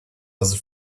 was